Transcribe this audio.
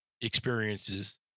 experiences